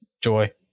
joy